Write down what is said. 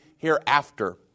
hereafter